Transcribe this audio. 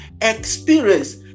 experience